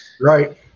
Right